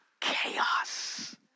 chaos